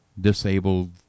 disabled